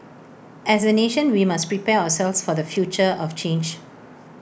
as A nation we must prepare ourselves for the future of change